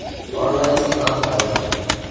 Online से का फ़ायदा हे?